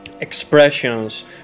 expressions